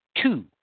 two